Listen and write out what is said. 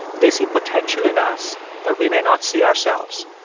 they see potential in us that we may not see ourselves.